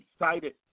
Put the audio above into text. excited